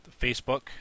facebook